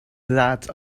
that